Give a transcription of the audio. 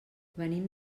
venim